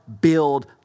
build